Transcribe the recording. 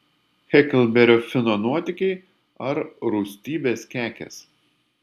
heklberio fino nuotykiai ar rūstybės kekės